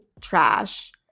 trash